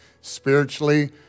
spiritually